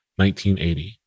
1980